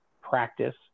practice